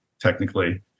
technically